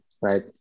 right